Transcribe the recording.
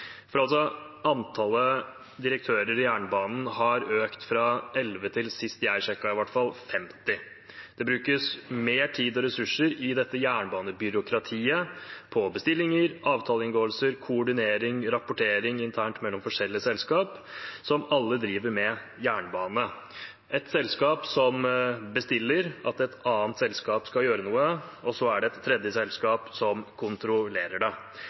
samme, altså mer oppsplitting, mer styring gjennom massevis av avtaler, mer anbudsutsetting. Antallet direktører i jernbanen har økt fra elleve til femti, i hvert fall sist jeg sjekket. Det brukes mer tid og ressurser i dette jernbanebyråkratiet på bestillinger, avtaleinngåelser, koordinering og rapportering internt mellom forskjellige selskaper, som alle driver med jernbane. Det er ett selskap som bestiller at et annet selskap skal gjøre noe, og så er det et tredje